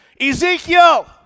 Ezekiel